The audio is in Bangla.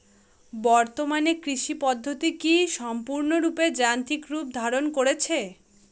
বর্তমানে কৃষি পদ্ধতি কি সম্পূর্ণরূপে যান্ত্রিক রূপ ধারণ করেছে?